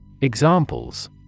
Examples